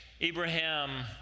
Abraham